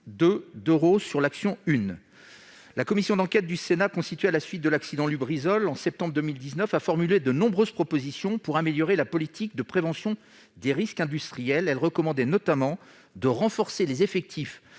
d'euros sur l'action n° 01. La commission d'enquête du Sénat constituée à la suite de l'accident de l'usine Lubrizol en septembre 2019 a formulé de nombreuses propositions afin d'améliorer la politique de prévention des risques industriels. Elle recommandait notamment de renforcer les effectifs